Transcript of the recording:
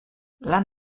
lan